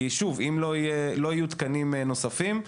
כי שוב: אם לא יהיו תקנים נוספים,